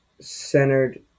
centered